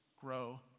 grow